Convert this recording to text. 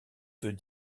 veut